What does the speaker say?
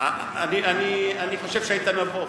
אני חושב שהיית נבוך.